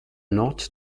not